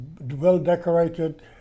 well-decorated